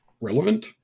relevant